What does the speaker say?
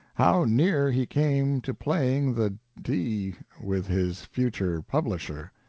how near he came to playing the d with his future publisher.